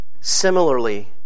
similarly